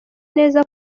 neza